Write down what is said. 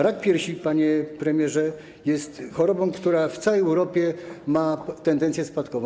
Rak piersi, panie premierze, jest chorobą, która w całej Europie ma tendencję spadkową.